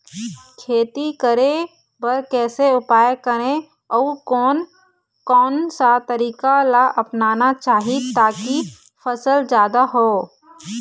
खेती करें बर कैसे उपाय करें अउ कोन कौन सा तरीका ला अपनाना चाही ताकि फसल जादा हो?